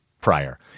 prior